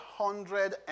hundred